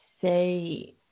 Say